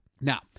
Now